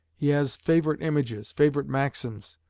he has favourite images, favourite maxims,